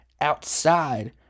outside